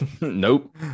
Nope